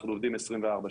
אנחנו עובדים 24/7,